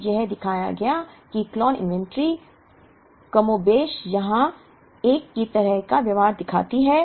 फिर यह दिखाया गया कि इकोलोन इन्वेंट्री कमोबेश यहां एक ही तरह का व्यवहार दिखाती है